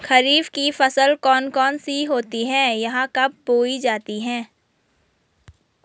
खरीफ की फसल कौन कौन सी होती हैं यह कब बोई जाती हैं?